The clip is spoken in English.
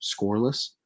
scoreless